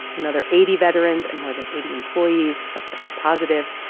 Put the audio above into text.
another eighty veterans and more than eighty employees have tested positive.